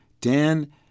Dan